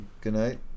goodnight